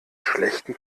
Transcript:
schlechten